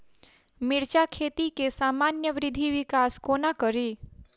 मिर्चा खेती केँ सामान्य वृद्धि विकास कोना करि?